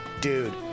dude